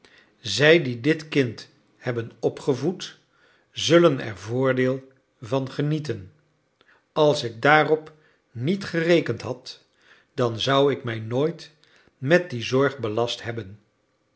zij die dit kind hebben opgevoed zullen er voordeel van genieten als ik daarop niet gerekend had dan zou ik mij nooit met die zorg belast hebben